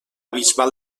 bisbal